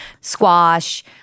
squash